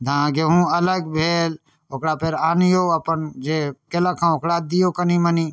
तऽ अहाँ गेहूँ अलग भेल ओकरा फेर आनिऔ अप्पन जे केलक हँ ओकरा दिऔ कनि मनि